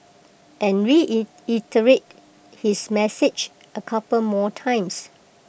and reiterated his message A couple more times